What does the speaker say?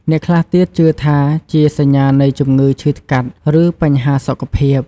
អ្នកខ្លះទៀតជឿថាជាសញ្ញានៃជំងឺឈឺស្កាត់ ឬបញ្ហាសុខភាព។